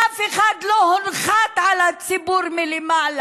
אף אחד לא הונחת על הציבור מלמעלה.